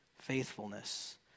faithfulness